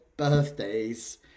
birthdays